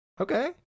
Okay